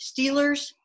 Steelers